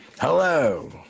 hello